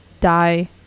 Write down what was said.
die